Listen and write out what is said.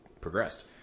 progressed